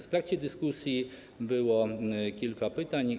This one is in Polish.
W trakcie dyskusji było kilka pytań.